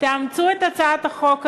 תאמצו את הצעת החוק הזאת,